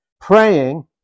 praying